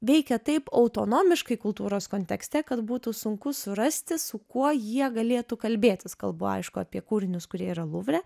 veikia taip autonomiškai kultūros kontekste kad būtų sunku surasti su kuo jie galėtų kalbėtis kalbu aišku apie kūrinius kurie yra luvre